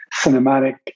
cinematic